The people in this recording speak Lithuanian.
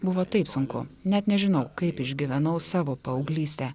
buvo taip sunku net nežinau kaip išgyvenau savo paauglystę